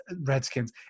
Redskins